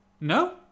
No